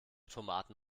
tomaten